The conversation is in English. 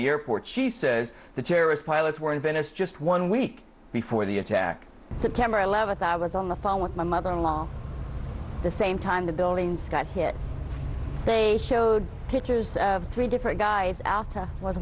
the airport she says the terrorist pilots were in venice just one week before the attack september eleventh i was on the phone with my mother in law the same time the building scott hit they showed pictures of three different guys